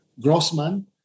Grossman